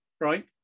Right